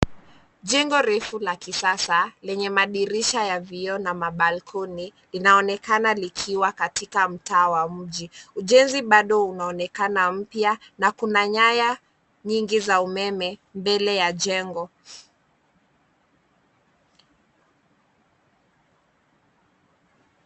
Jengo refu la kisasa, lenye madirisha ya vioo na mabalcony , linaonekana likiwa katika mtaa wa mji. Ujenzi bado unaonekana mpya, na kuna nyaya nyingi za umeme, mbele ya jengo.